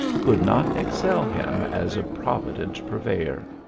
could not excel him as a provident purveyor.